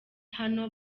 hano